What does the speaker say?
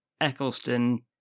Eccleston